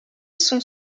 sont